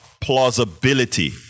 plausibility